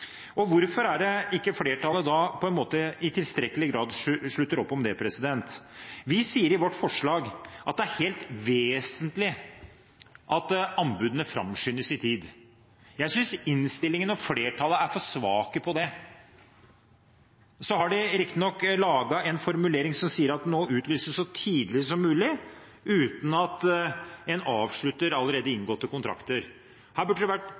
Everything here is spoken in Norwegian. Hvorfor slutter ikke flertallet i tilstrekkelig grad opp om det? Vi sier i vårt forslag at det er helt vesentlig at anbudene framskyndes i tid. Jeg synes innstillingen og flertallet er for svake på det. De har riktignok laget en formulering som sier at fergeanbud utlyses så tidlig som mulig uten at en avslutter allerede inngåtte kontrakter. Her burde det vært